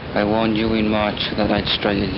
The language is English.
i warned you in march that i'd strike again.